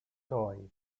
toy